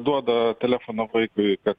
duoda telefoną vaikai kad